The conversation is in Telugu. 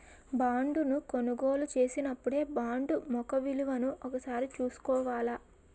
బాండును కొనుగోలు చేసినపుడే బాండు ముఖ విలువను ఒకసారి చూసుకోవాల